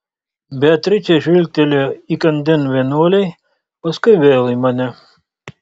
beatričė žvilgtelėjo įkandin vienuolei paskui vėl į mane